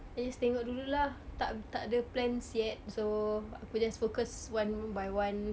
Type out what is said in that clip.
I just tengok dulu lah tak tak ada plans yet so aku just focus one by one